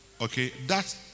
okay—that